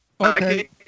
Okay